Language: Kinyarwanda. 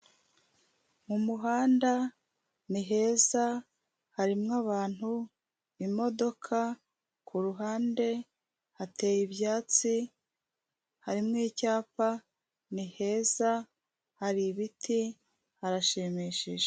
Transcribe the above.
Mu muhanda ni heza harimo abantu, imodoka ku ruhande hateye ibyatsi, harimo icyapa, ni heza, hari ibiti harashimishije.